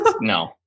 No